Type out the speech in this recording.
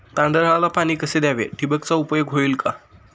तांदळाला पाणी कसे द्यावे? ठिबकचा उपयोग होईल का?